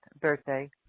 birthday